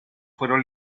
fueron